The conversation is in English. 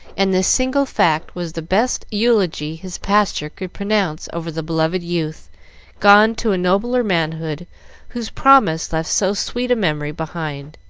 and this single fact was the best eulogy his pastor could pronounce over the beloved youth gone to a nobler manhood whose promise left so sweet a memory behind.